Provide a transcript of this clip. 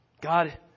God